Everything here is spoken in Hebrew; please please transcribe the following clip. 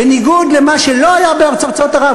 בניגוד למה שלא היה בארצות ערב,